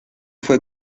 fue